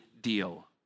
deal